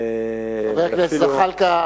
חבר הכנסת זחאלקה,